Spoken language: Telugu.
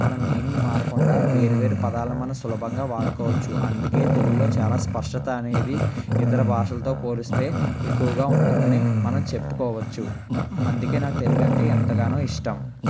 మనం మీనింగ్ మారకుండా వేరువేరు పదాలను మనం సులభంగా వాడుకోవచ్చు అందుకే తెలుగులో చాలా స్పష్టత అనేది ఇతర భాషలతో పోలిస్తే ఎక్కువగా ఉంటుందని మనం చెప్పుకోవచ్చు అందుకే నాకు తెలుగు అంటే ఎంతగానో ఇష్టం